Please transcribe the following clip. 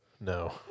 No